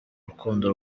rukundo